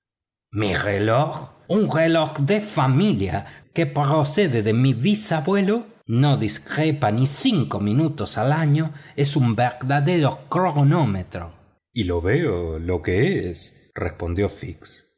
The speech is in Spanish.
mi reloj un reloj de familia que procede de mi bisabuelo no discrepa ni cinco minutos al año es un verdadero cronómetro y yo veo lo que es respondió fix